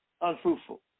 unfruitful